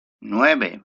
nueve